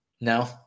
no